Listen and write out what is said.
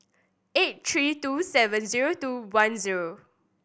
eight three two seven zero two one zero